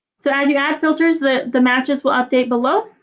so as you add filters the the matches will update below.